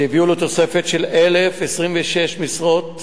שהביאו לתוספת של 1,026 משרות חדשות.